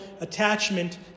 attachment